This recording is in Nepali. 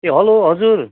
ए हेलो हजुर